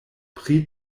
pri